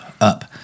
up